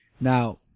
Now